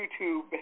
YouTube